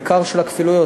בעיקר של הכפילויות,